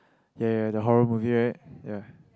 ya ya the horror movie right ya